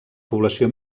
població